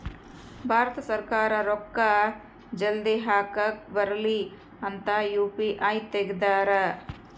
ಭಾರತ ಸರ್ಕಾರ ರೂಕ್ಕ ಜಲ್ದೀ ಹಾಕಕ್ ಬರಲಿ ಅಂತ ಯು.ಪಿ.ಐ ತೆಗ್ದಾರ